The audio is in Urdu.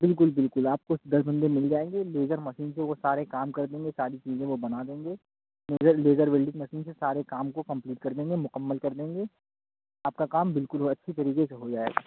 بالکل بالکل آپ کو دس دن میں مل جائیں گے لیزر مسین سے وہ سارے کام کر دیں گے ساری چیزیں وہ بنا دیں گے لیزر لیزر ویلڈنگ مسین سے سارے کام کو کمپلیٹ کر دیں گے مکمل کر دیں گے آپ کا کام بالکل اچھی طریقے سے ہو جائے گا